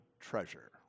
treasure